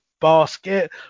basket